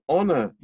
Honor